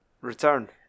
return